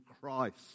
Christ